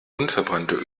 unverbrannte